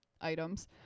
items